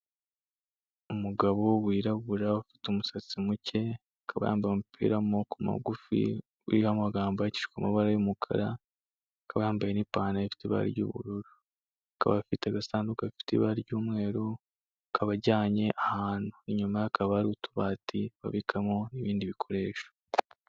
Umugabo wirabura akaba afite umusatsi muke akaba yambaye umupira w'amaboko magufi uriho amagambo yandikishijwe mu mabara y'umukara, akaba yambaye n'ipantaro ifite ibara ry'ubururu. AKaba afite agasanduka gafite ibara ry'umweru akaba ajyanye ahantu. Inyuma ye hakaba hari utubati babikamo ibindi bikoresho.